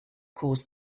caused